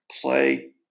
Play